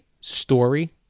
story